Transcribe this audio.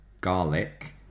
garlic